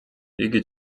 იგი